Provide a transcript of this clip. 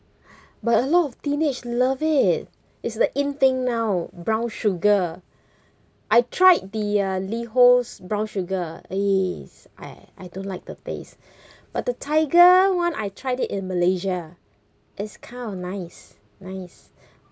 but a lot of teenage love it it's the in thing now brown sugar I tried the uh liho's brown sugar is I I don't like the taste but the tiger one I tried it in malaysia it's kind of nice nice